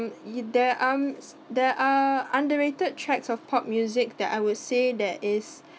they um there are underrated tracks of pop music that I would say that is